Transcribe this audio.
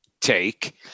take